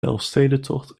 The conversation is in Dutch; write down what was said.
elfstedentocht